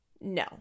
No